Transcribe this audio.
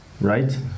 right